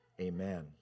Amen